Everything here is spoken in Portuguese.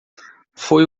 foi